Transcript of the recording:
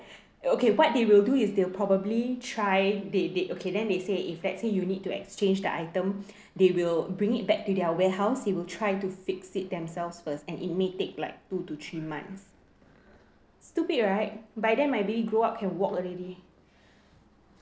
okay what they will do is they'll probably try they they okay then they say if let's say you need to exchange the item they will bring it back to their warehouse they will try to fix it themselves first and it may take like two to three months stupid right by then my baby grow up can walk already